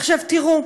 עכשיו, תראו,